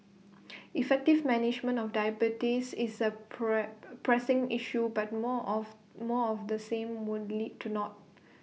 effective management of diabetes is A prey pressing issue but more of more of the same would lead to naught